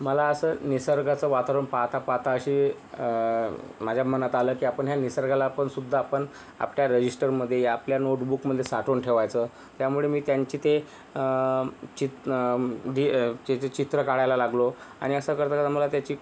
मला असं निसर्गाचं वातावरण पाहता पाहता अशी माझ्या मनात आलं की आपण ह्या निसर्गाला आपणसुद्धा आपण आपल्या रजिस्टरमध्ये आपल्या नोटबुकमध्ये साठवून ठेवायचं त्यामुळे मी त्यांची ते चि ते त्याचं चित्र काढायला लागलो आणि असं करता करता मला त्याची